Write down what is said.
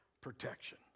protection